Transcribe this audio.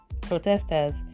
protesters